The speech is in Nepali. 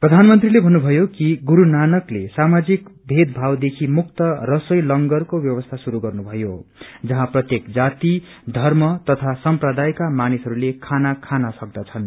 प्रधानमंत्रीले भन्नुभयो कि गुरू नानकले सामाजिक भेदभावदेखि मुक्त रसोई लेगरको व्यवस्था शुरू गर्नुभयो जहाँ प्रत्येक जाति पंच धर्म तथा सम्प्रदायका मानिसहरूले खाना खान सक्दछन्